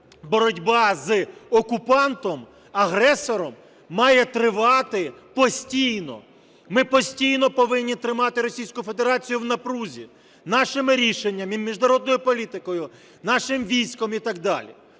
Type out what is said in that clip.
боротьба з окупантом, агресором має тривати постійно. Ми постійно повинні тримати Російську Федерацію в напрузі нашими рішеннями, міжнародною політикою, нашим військом і так далі.